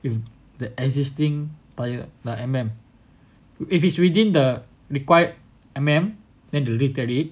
if the existing via the M_M if it's within the required M_M then they will re-thread it